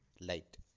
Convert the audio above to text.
light